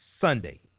Sunday